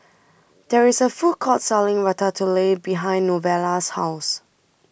There IS A Food Court Selling Ratatouille behind Novella's House